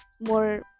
more